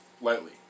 lightly